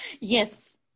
Yes